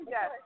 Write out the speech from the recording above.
Yes